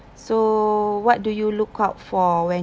so what do you look out for when